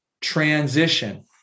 transition